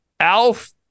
Alf